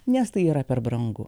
nes tai yra per brangu